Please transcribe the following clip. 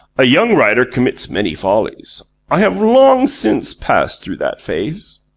a young writer commits many follies. i have long since passed through that phase.